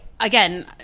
again